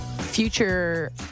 future